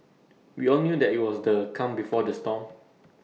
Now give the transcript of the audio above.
we all knew that IT was the calm before the storm